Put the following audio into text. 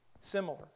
similar